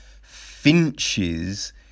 finches